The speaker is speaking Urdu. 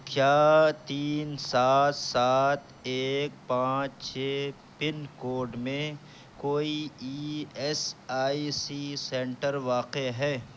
کیا تین سات سات ایک پانچ چھ پن کوڈ میں کوئی E S I C centre واقع ہے